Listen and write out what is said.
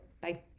Bye